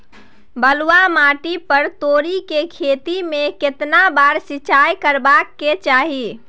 बलुआ माटी पर तोरी के खेती में केतना बार सिंचाई करबा के चाही?